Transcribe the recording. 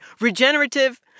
Regenerative